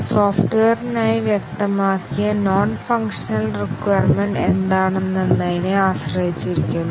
സോഫ്റ്റ്വെയറിനായി വ്യക്തമാക്കിയ non functional requirement എന്താണെന്നതിനെ ആശ്രയിച്ചിരിക്കുന്നു